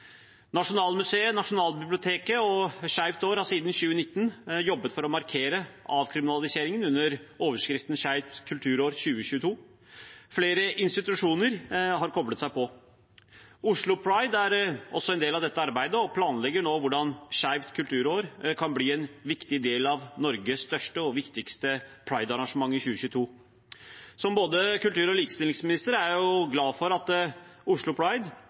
Nasjonalmuseet, Nasjonalbiblioteket og Skeivt kulturår har siden 2019 jobbet for å markere avkriminaliseringen under overskriften Skeivt kulturår 2022. Flere institusjoner har koblet seg på. Oslo Pride er også en del av dette arbeidet og planlegger nå hvordan Skeivt kulturår kan bli en viktig del av Norges største og viktigste Pride-arrangement i 2022. Som både kultur- og likestillingsminister er jeg glad for at Oslo Pride